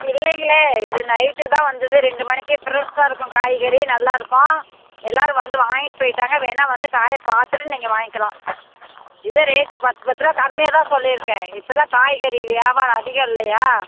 இல்லைங்களே இது நைட்டுதான் வந்தது ரெண்டு மணிக்கு ஃப்ரெஷ்ஷாக இருக்கும் காய்கறி நல்லாயிருக்கும் எல்லோரும் வந்து வாங்கிட்டு போயிட்டாங்க வேணால் வந்து காயை பார்த்துட்டு நீங்கள் வாங்கிக்கலாம் இதே ரேட்டை பத்து பத்து ரூபா கம்மியாகதான் சொல்லியிருக்கேன் இப்போலாம் காய்கறி வியாபாரம் அதிகம் இல்லையா